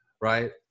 right